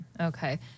Okay